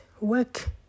work